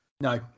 No